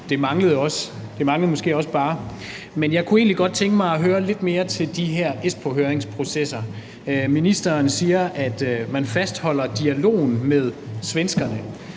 jeg vil sige: Det manglede måske også bare. Jeg kunne egentlig godt tænke mig at høre lidt mere om de her Espoohøringsprocesser. Ministeren siger, at man fastholder dialogen med svenskerne.